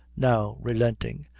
now relenting,